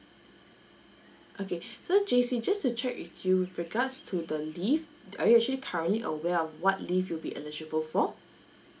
okay so jacey just to check with you with regards to the leave are you actually currently aware of what leave you'll be eligible for